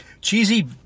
Cheesy